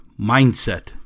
Mindset